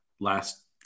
last